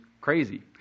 crazy